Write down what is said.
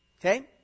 Okay